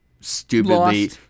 stupidly